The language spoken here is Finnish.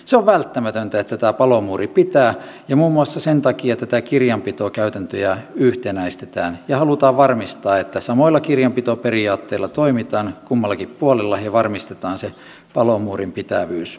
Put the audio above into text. se on välttämätöntä että tämä palomuuri pitää ja muun muassa sen takia tätä kirjanpitokäytäntöä yhtenäistetään ja halutaan varmistaa että samoilla kirjanpitoperiaatteilla toimitaan kummallakin puolella ja varmistetaan se palomuurin pitävyys myös